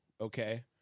Okay